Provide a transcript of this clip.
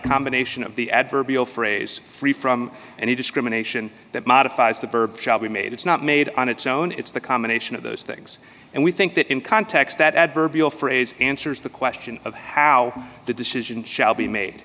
combination of the adverbial phrase free from any discrimination that modifies the verb shall be made it's not made on its own it's the combination of those things and we think that in context that adverbial phrase answers the question of how the decision shall be made